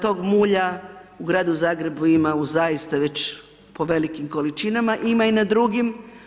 Tog mulja u gradu Zagrebu ima u zaista već po velikim količinama, ima i na drugim.